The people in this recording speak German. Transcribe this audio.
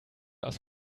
aus